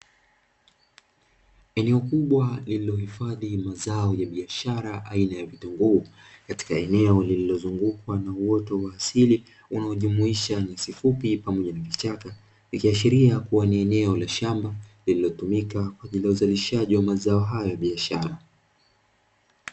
Eneo kubwa lililohifadhi mazao ya biashara aina ya vitunguu, katika eneo lililozungukwa na uwoto wa asili unaojumuisha nyasi fupi pamoja na kichaka ikiashiria kuwa ni eneo la shamba lililotumika lina uzalishaji wa mazao hayo ya biashara.